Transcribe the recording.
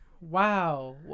Wow